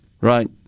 Right